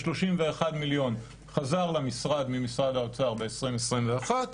31 מיליון חזרו למשרד ממשרד האוצר ב-2021,